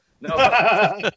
No